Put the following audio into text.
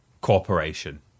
Corporation